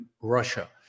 russia